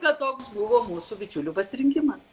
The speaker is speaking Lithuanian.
na toks buvo mūsų bičiulių pasirinkimas